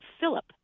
Philip